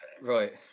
right